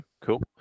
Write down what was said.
cool